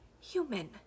human